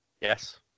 Yes